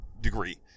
degree